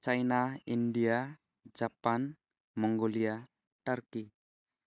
China India Japan Mongolia turkey